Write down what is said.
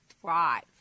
thrive